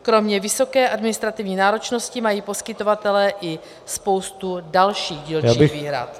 Kromě vysoké administrativní náročnosti mají poskytovatelé i spoustu dalších dílčích výhrad.